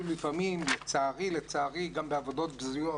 לצערי לפעמים הם עובדים בעבודות בזויות